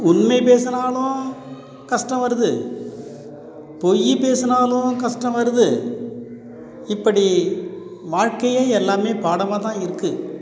உண்மை பேசுனாலும் கஷ்டம் வருது பொய் பேசுனாலும் கஷ்டம் வருது இப்படி வாழ்க்கையே எல்லாமே பாடமாக தான் இருக்குது